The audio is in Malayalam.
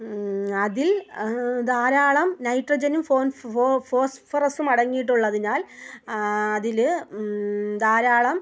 അതിൽ ധാരാളം നൈട്രജനും ഫോ ഫോ ഫോസ്ഫറസും അടങ്ങിയിട്ടുള്ളതിനാൽ അതിൽധാരാളം